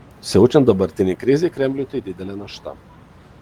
siaučiant dabartinei krizei kremliui tai didelė našta